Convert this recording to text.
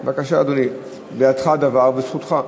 בבקשה, אדוני, בידך הדבר וזכותך.